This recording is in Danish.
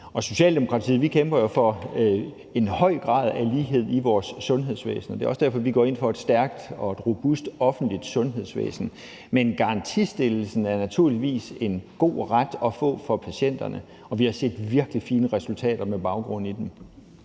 I Socialdemokratiet kæmper vi jo for en høj grad af lighed i vores sundhedsvæsen, og det er også derfor, vi går ind for et stærkt og et robust offentligt sundhedsvæsen. Men garantistillelsen er naturligvis en god ret at få for patienterne, og vi har set virkelig fine resultater med baggrund i den.